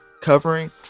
covering